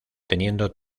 teniendo